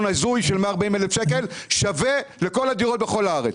הזוי של 140,000 שקל שווה לכל הדירות בכל הארץ.